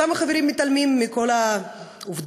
אותם חברים מתעלמים מכל העובדות,